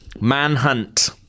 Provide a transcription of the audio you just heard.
Manhunt